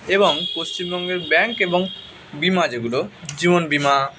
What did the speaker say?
এবং পশ্চিমবঙ্গের ব্যাঙ্ক এবং বিমা যেগুলো জীবন বিমা